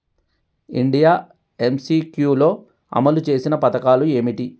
India MCQ లో అమలు చేసిన పథకాలు ఏమిటి?